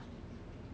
mm